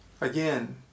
Again